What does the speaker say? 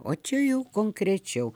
o čia jau konkrečiau